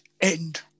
End